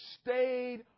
stayed